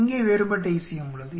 இங்கே வேறுபட்ட ECM உள்ளது